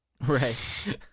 Right